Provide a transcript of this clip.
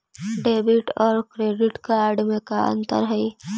Debit और credit card में का अंतर हइ?